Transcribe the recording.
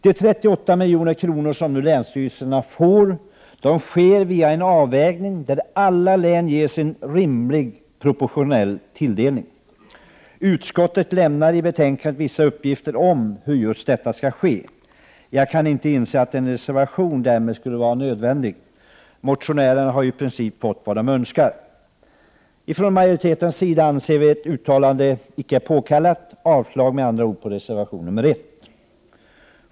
De 38 milj.kr. som man nu föreslår skall anvisas till länsstyrelserna har avvägts så att alla län ges en rimlig proportionell tilldelning. Utskottet lämnar i betänkandet vissa uppgifter om hur detta skall ske. Jag kan inte inse att en reservation därmed skulle vara nödvändig. Motionärerna har ju fått vad de önskar. Vi anser från majoritetens sida inte att ett uttalande i nuläget är påkallat. Jag yrkar därför avslag på reservation nr 1.